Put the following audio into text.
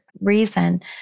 reason